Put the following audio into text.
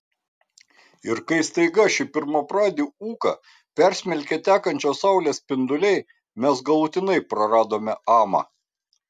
ir kai staiga šį pirmapradį ūką persmelkė tekančios saulės spinduliai mes galutinai praradome amą